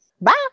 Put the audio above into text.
Bye